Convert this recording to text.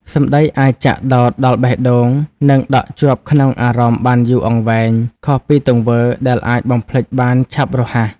សម្ដីអាចចាក់ដោតដល់បេះដូង និងដក់ជាប់ក្នុងអារម្មណ៍បានយូរអង្វែង ខុសពីទង្វើដែលអាចបំភ្លេចបានឆាប់រហ័ស។